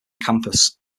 campus